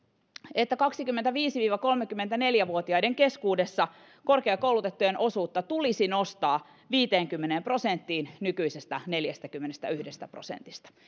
että kaksikymmentäviisi viiva kolmekymmentäneljä vuotiaiden keskuudessa korkeakoulutettujen osuutta tulisi nostaa viiteenkymmeneen prosenttiin nykyisestä neljästäkymmenestäyhdestä prosentista